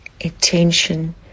attention